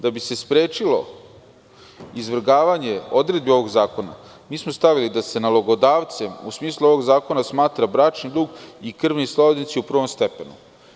Da bi se sprečilo izvrgavanje odredbi ovog zakona, mi smo stavili da se nalogodavcem u smislu ovog zakona smatra bračni drug i krvni srodnici u prvom stepenu.